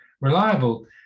reliable